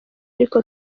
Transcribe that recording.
ariko